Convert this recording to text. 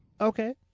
Okay